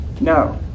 No